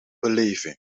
beleving